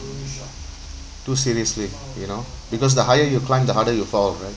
too seriously you know because the higher you climb the harder you fall right